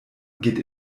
geht